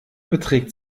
beträgt